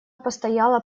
постояла